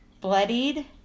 bloodied